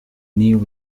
new